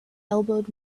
elbowed